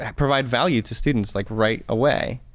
provide value to students like right away.